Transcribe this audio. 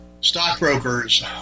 stockbrokers